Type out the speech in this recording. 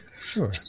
Sure